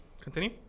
Continue